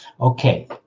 Okay